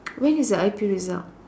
when is the I_P result